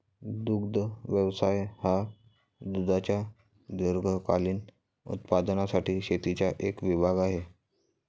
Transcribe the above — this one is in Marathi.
दुग्ध व्यवसाय हा दुधाच्या दीर्घकालीन उत्पादनासाठी शेतीचा एक विभाग आहे